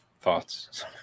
thoughts